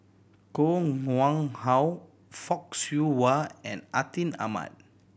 Koh Nguang How Fock Siew Wah and Atin Amat